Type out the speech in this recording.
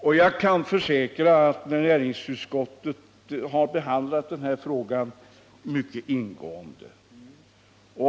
Jag kan emellertid försäkra att näringsutskottet har behandlat den här frågan mycket ingående.